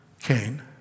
Cain